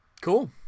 Cool